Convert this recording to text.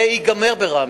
זה ייגמר בראמה.